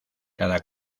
cada